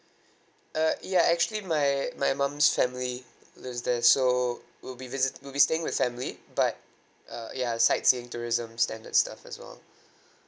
uh ya actually my my mom's family who's there so we'll be visi~ we'll be staying with family but uh ya sightseeing tourism standard stuff as well